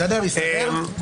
הסתדר?